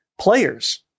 Players